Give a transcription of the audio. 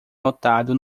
notado